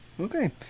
okay